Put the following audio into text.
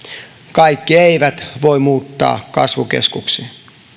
kaikki eivät voi muuttaa kasvukeskuksiin